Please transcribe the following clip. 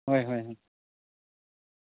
ꯍꯣꯏ ꯍꯣꯏ ꯍꯣꯏ